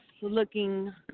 looking